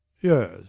Yes